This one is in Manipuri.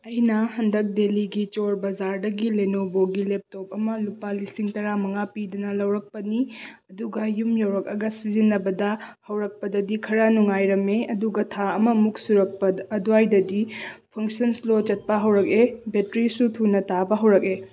ꯑꯩꯅ ꯍꯟꯗꯛ ꯗꯜꯂꯤꯒꯤ ꯆꯣꯔ ꯕꯖꯥꯔꯗꯒꯤ ꯂꯦꯅꯣꯚꯣꯒꯤ ꯂꯦꯞꯇꯣꯞ ꯑꯃ ꯂꯨꯄꯥ ꯂꯤꯁꯤꯡ ꯇꯔꯥ ꯃꯉꯥ ꯄꯤꯗꯨꯅ ꯂꯧꯔꯛꯄꯅꯤ ꯑꯗꯨꯒ ꯌꯨꯝ ꯌꯧꯔꯛꯑꯒ ꯁꯤꯖꯤꯟꯅꯕꯗ ꯍꯧꯔꯛꯄꯗꯗꯤ ꯈꯔ ꯅꯨꯡꯉꯥꯏꯔꯝꯃꯤ ꯑꯗꯨꯒ ꯊꯥ ꯑꯃꯃꯨꯛ ꯁꯨꯔꯛꯄ ꯑꯗ꯭ꯋꯥꯏꯗꯗꯤ ꯐꯪꯁꯟ ꯏꯁꯂꯣ ꯆꯠꯄ ꯍꯧꯔꯛꯑꯦ ꯕꯦꯇ꯭ꯔꯤꯁꯨ ꯊꯨꯅ ꯇꯥꯕ ꯍꯧꯔꯛꯑꯦ